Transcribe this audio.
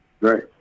Right